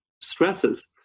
stresses